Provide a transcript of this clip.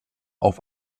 auf